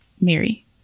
Mary